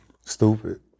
stupid